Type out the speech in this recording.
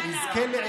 תאמין לי,